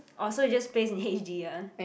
orh so you just plays in H_D ah